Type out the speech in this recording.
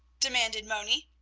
demanded moni.